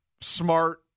smart